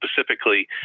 specifically